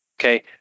okay